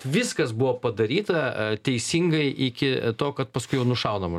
viskas buvo padaryta teisingai iki to kad paskui jau nušaunama